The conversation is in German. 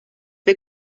wir